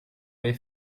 avez